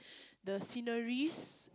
the sceneries